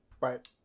Right